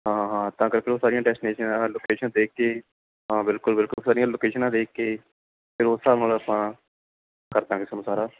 ਹਾਂ ਹਾਂ ਤਾਂ ਕਰਕੇ ਉਹ ਸਾਰੀਆਂ ਡੈਸਟੀਨੇਸ਼ਨਾ ਲੋਕੇਸ਼ਨ ਦੇਖ ਕੇ ਹਾਂ ਬਿਲਕੁਲ ਬਿਲਕੁਲ ਸਾਰੀਆਂ ਲੋਕੇਸ਼ਨਾਂ ਦੇਖ ਕੇ ਫਿਰ ਉਸ ਹਿਸਾਬ ਨਾਲ ਆਪਾਂ ਕਰ ਦਵਾਂਗੇ ਤੁਹਾਨੂੰ ਸਾਰਾ